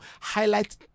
highlight